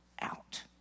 out